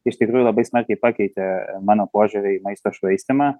iš tikrųjų labai smarkiai pakeitė mano požiūrį į maisto švaistymą